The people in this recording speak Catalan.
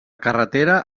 carretera